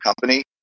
company